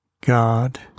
God